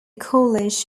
college